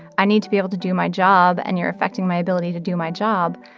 i need to be able to do my job, and you're affecting my ability to do my job?